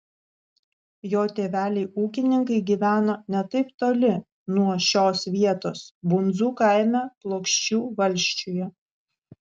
jo tėveliai ūkininkai gyveno ne taip toli nuo šios vietos bundzų kaime plokščių valsčiuje